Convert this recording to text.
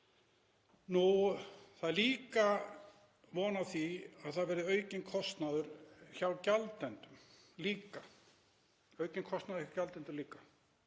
Það er líka von á því að það verði aukinn kostnaður hjá gjaldendum til